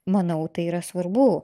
manau tai yra svarbu